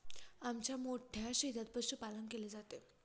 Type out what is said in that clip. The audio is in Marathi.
आमच्या मोठ्या शेतात पशुपालन केले जाते